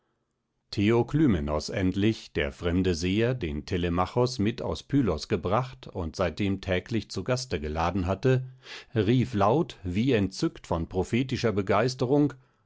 rachegöttinnen theoklymenos endlich der fremde seher den telemachos mit aus pylos gebracht und seitdem täglich zu gaste geladen hatte rief laut wie entzückt von prophetischer begeisterung